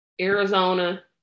Arizona